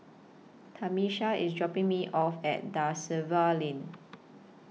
Tamisha IS dropping Me off At DA Silva Lane